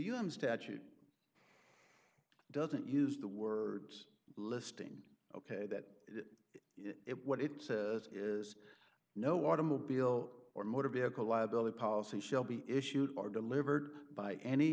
un statute doesn't use the words listing ok that it what it says is no automobile or motor vehicle liability policy shall be issued are delivered by any